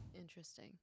Interesting